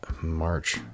March